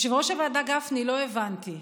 יושב-ראש הוועדה גפני, לא הבנתי.